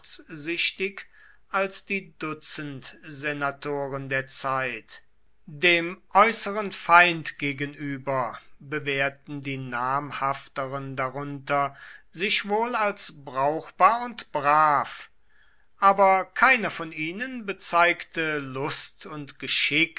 kurzsichtig als die dutzendsenatoren der zeit dem äußeren feind gegenüber bewährten die namhafteren darunter sich wohl als brauchbar und brav aber keiner von ihnen bezeigte lust und geschick